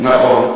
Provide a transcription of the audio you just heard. נכון.